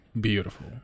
beautiful